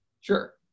sure